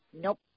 Nope